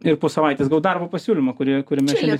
ir po savaitės gavau darbo pasiūlymą kurį kuriame šiandien